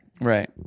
Right